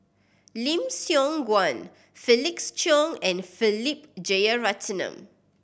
Lim Siong Guan Felix Cheong and Philip Jeyaretnam